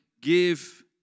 Give